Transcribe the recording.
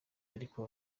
ariko